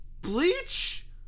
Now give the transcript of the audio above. Bleach